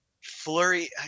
flurry